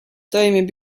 toimib